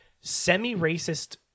semi-racist